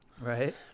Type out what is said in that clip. Right